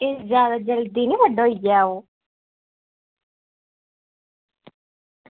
एह् जादै बड्डा निं होइया ओह्